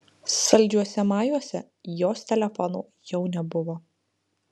saldžiuose majuose jos telefono jau nebuvo